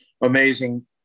amazing